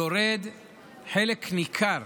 יורד חלק ניכר